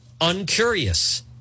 uncurious